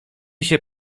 się